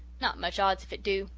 not much odds if it do,